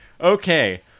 okay –